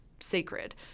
sacred